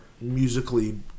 Musically